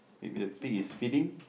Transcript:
maybe a pitch is feeling